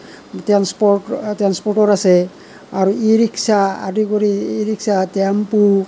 transport আছে আৰু e rickshaw আদি কৰি ই ৰিক্সা টেম্পু